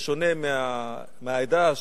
בשונה מהעדה,